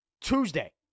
Tuesday